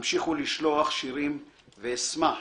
המשיכו לשלוח שירים, ואשמח